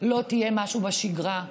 לא תהיה משהו שבשגרה.